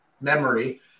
memory